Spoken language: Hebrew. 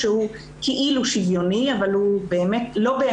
שהוא כאילו שוויוני אבל הוא לא באמת